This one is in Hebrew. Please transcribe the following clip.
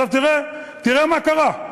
תראה מה קרה.